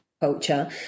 culture